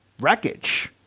wreckage